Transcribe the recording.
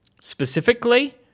specifically